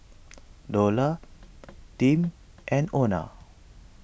Dola Tim and Ona